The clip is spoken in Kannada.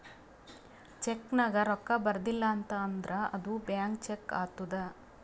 ಚೆಕ್ ನಾಗ್ ರೊಕ್ಕಾ ಬರ್ದಿಲ ಅಂತ್ ಅಂದುರ್ ಅದು ಬ್ಲ್ಯಾಂಕ್ ಚೆಕ್ ಆತ್ತುದ್